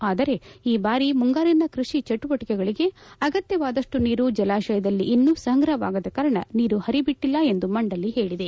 ಆದರೆ ಈ ಬಾರಿ ಮುಂಗಾರಿನ ಕೃಷಿ ಚಟುವಟಕೆಗಳಿಗೆ ಅಗತ್ಯವಾದಪ್ಟು ನೀರು ಜಲಾಶಯದಲ್ಲಿ ಇನ್ನೂ ಸಂಗ್ರಪವಾಗದ ಕಾರಣ ನೀರು ಪರಿಬಿಟ್ಟಲ್ಲ ಎಂದು ಮಂಡಳಿ ಹೇಳಿದೆ